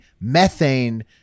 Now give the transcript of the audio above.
methane